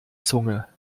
zunge